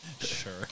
Sure